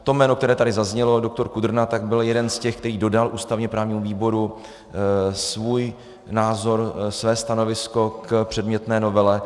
To jméno, které tady zaznělo, doktor Kudrna, tak byl jeden z těch, který dodal ústavněprávnímu výboru svůj názor, své stanovisko k předmětné novele.